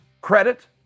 credit